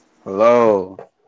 Hello